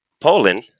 Poland